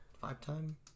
five-time